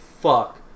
fuck